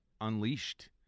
unleashed